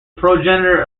progenitor